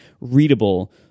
readable